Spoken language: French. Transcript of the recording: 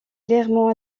clairement